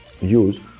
use